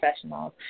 professionals